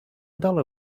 dollar